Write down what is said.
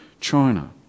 China